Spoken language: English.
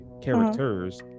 Characters